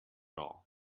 all